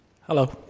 Hello